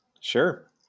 Sure